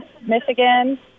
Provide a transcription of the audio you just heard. Michigan